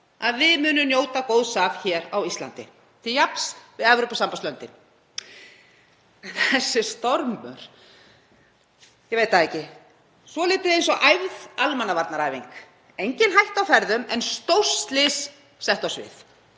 að við munum njóta góðs af því á Íslandi til jafns við Evrópusambandslöndin. Þessi stormur er svolítið eins og æfð almannavarnaæfing, engin hætta á ferðum en stórslys sett á svið.